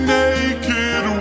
naked